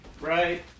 Right